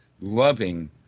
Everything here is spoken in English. loving